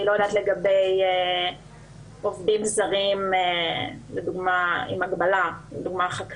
אני לא יודעת לגבי עובדים זרים לדוגמא חקלאות,